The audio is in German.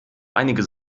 einige